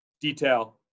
detail